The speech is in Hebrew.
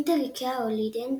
אינטר איקאה הולדינג,